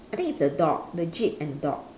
I think it's a dog the jeep and dog